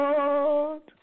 Lord